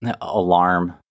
alarm